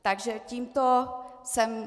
Takže tímto jsem...